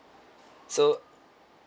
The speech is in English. so